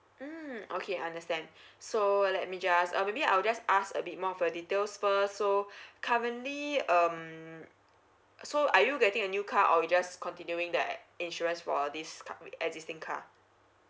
mm okay understand so let me just uh maybe I will just ask a bit more of a details first so currently um so are you getting a new car or you just continuing that insurance for this car I mean existing car